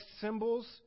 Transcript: symbols